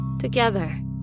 together